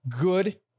good